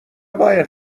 باید